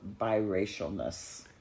biracialness